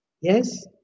Yes